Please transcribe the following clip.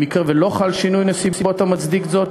במקרה שלא חל שינוי נסיבות המצדיק זאת,